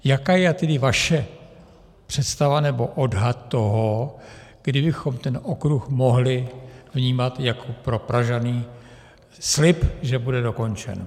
Jaká je tedy vaše představa nebo odhad toho, kdy bychom ten okruh mohli vnímat jako pro Pražany slib, že bude dokončen?